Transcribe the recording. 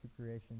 creation